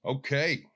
Okay